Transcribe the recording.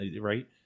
right